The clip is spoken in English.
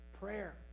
prayer